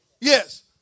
Yes